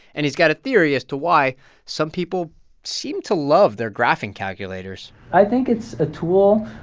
and he's got a theory as to why some people seem to love their graphing calculators i think it's a tool,